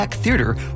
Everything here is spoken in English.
Theater